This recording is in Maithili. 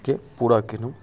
के पूरा केलहुँ